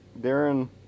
Darren